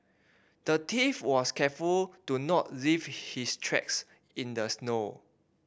the thief was careful to not leave his tracks in the snow